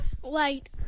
White